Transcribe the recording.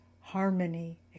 harmony